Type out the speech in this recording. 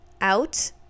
out